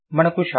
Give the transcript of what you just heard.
మనకు శ ఉంది